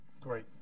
Great